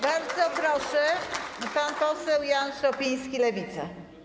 Bardzo proszę, pan poseł Jan Szopiński, Lewica.